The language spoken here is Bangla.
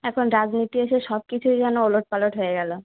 এখন রাজনীতি এসে সব কিছু যেন ওলট পালট হয়ে গেল